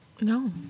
No